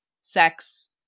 sex